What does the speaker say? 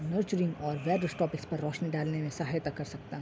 neutering اور various topics پر روشنی ڈالنے میں سہایتا کر سکتا ہوں